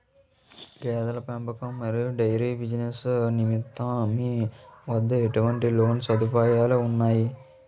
గేదెల పెంపకం మరియు డైరీ బిజినెస్ నిమిత్తం మీ వద్ద ఎటువంటి లోన్ సదుపాయాలు ఉన్నాయి?